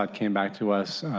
came back to us,